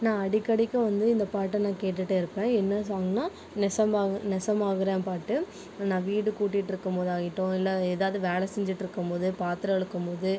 நான் அடிக்கடிக்கு வந்து இந்த பாட்டை நான் கேட்டுட்டே இருப்பேன் என்ன சாங்னால் நெசமா நெசமாகுறேன் பாட்டு நான் வீடு கூட்டிட்டு இருக்கும்போதாயிட்டும் இல்லை ஏதாவது வேலை செஞ்சிட்டுருக்கும் போது பாத்திரம் விளக்கும் போது